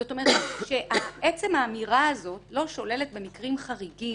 זאת אומרת שעצם האמירה הזאת לא שוללת במקרים חריגים